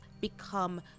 become